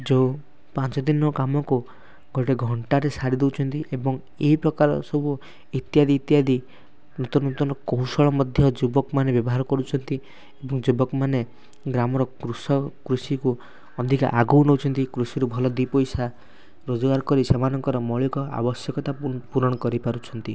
ଯେଉଁ ପାଞ୍ଚ ଦିନର କାମକୁ ଗୋଟେ ଘଣ୍ଟାରେ ସାରି ଦଉଛନ୍ତି ଏବଂ ଏ ପ୍ରକାର ସବୁ ଇତ୍ୟାଦି ଇତ୍ୟାଦି ନୂତନ ନୂତନ କୌଶଳ ମଧ୍ୟ ଯୁବକ ମାନେ ବ୍ୟବହାର କରୁଛନ୍ତି ଏବଂ ଯୁବକମାନେ ଗ୍ରାମର କୃଷିକୁ ଅଧିକା ଆଗକୁ ନଉଛନ୍ତି କୃଷିରୁ ଭଲ ଦୁଇ ପଇସା ରୋଜଗାର କରି ସେମାନଙ୍କର ମୌଳିକ ଆବଶ୍ୟକତା ପୂରଣ କରିପାରୁଛନ୍ତି